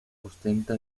ostenta